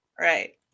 right